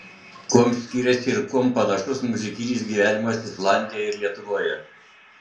kuom skiriasi ir kuom panašus muzikinis gyvenimas islandijoje ir lietuvoje